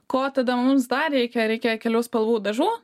ko tada mums dar reikia reikia kelių spalvų dažų